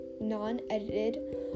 non-edited